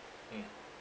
mm